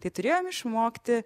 tai turėjom išmokti